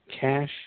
cash